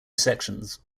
sections